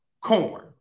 Corn